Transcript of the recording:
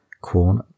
Corn